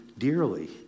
dearly